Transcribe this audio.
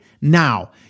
now